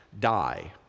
die